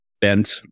bent